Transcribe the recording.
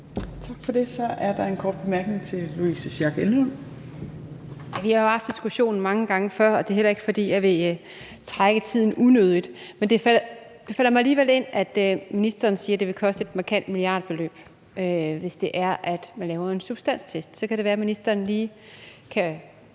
Tak for det. Så er der en kort bemærkning til Louise Schack Elholm. Kl. 18:41 Louise Schack Elholm (V): Vi har jo haft diskussionen mange gange før, og det er heller ikke, fordi jeg vil trække tiden unødigt, men det falder mig alligevel ind, at ministeren siger, at det vil koste et markant milliardbeløb, hvis man laver en substanstest. Og så kunne det være, at ministeren lige kunne